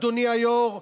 אדוני היו"ר,